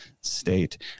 State